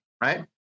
Right